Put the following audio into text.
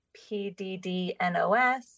PDDNOS